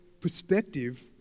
perspective